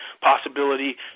possibility